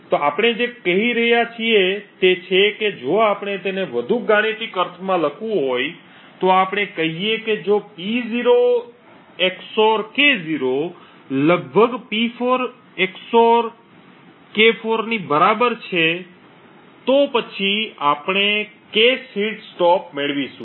તો આપણે જે કહી રહ્યા છીએ તે છે કે જો આપણે તેને વધુ ગાણિતિક અર્થમાં લખવું હોય તો આપણે કહીએ કે જો P0 XOR K0 લગભગ P4 XOR K4 ની બરાબર છે તો પછી આપણે cache હિટ સ્ટોપ મેળવીશું